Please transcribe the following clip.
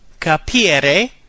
Capire